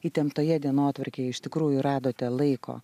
įtemptoje dienotvarkėje iš tikrųjų radote laiko